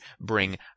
bring